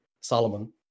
Solomon